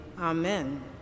amen